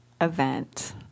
event